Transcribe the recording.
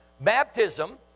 Baptism